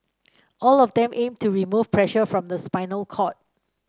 all of them aim to remove pressure from the spinal cord